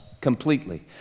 completely